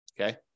Okay